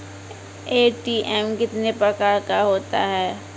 ATM कितने प्रकार का होता हैं?